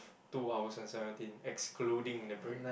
two hours and seventeen excluding the break